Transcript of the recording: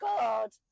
God